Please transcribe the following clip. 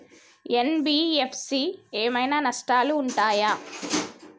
NBFC ఏమైనా నష్టాలు ఉంటయా?